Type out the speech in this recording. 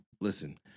listen—